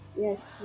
Yes